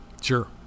Sure